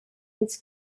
its